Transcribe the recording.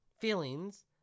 feelings